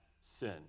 sin